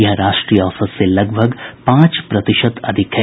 यह राष्ट्रीय औसत से लगभग पांच प्रतिशत अधिक है